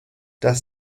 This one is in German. das